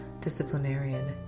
disciplinarian